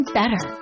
better